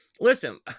listen